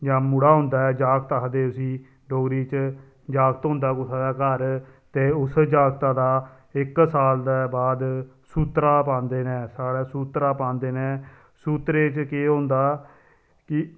जां मुड़ा होंदा ऐ जागत आखदे उसी डोगरी च जागत होंदा कुसा दे घर ते उस जागता दा इक साल दे बाद सूत्तरा पांदे न साढ़े सूत्तरा पांदे न सूत्तरे च केह् होंदा की